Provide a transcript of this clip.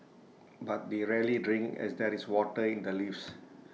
but they rarely drink as there is water in the leaves